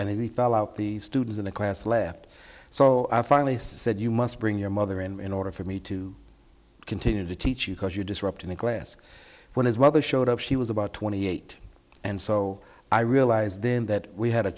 he fell out the students in the class left so i finally said you must bring your mother in order for me to continue to teach you cause you disrupting the class when his mother showed up she was about twenty eight and so i realized then that we had a